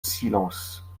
silence